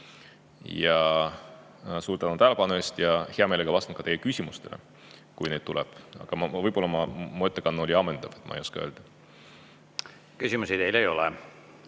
Ja suur tänu tähelepanu eest! Hea meelega vastan ka teie küsimustele, kui neid tuleb. Aga võib-olla mu ettekanne oli ammendav, ma ei oska öelda. Küsimusi teile ei ole.